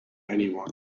anyone